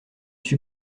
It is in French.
suis